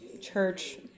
church